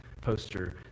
poster